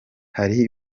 hari